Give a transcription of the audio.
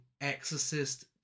Exorcist